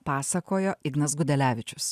pasakojo ignas gudelevičius